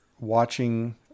watching